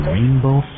Rainbow